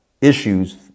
issues